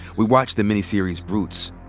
we watched the miniseries roots.